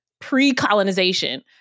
Pre-colonization